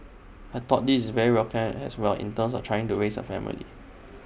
I thought this is very welcome as well in terms of trying to raise A family